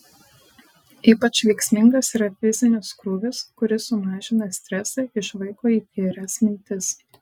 ypač veiksmingas yra fizinis krūvis kuris sumažina stresą išvaiko įkyrias mintis